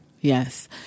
Yes